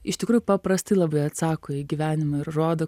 iš tikrųjų paprastai labai atsako į gyvenimą ir rodo